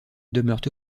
demeurent